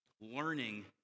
Learning